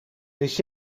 wist